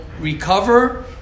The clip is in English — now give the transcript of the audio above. recover